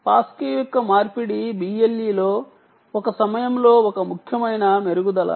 pass key యొక్క మార్పిడి BLE లో ఒక సమయంలో ఒక బిట్ ని పంపిస్తుంది ఇది ఒక ముఖ్యమైన మెరుగుదల